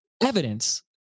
evidence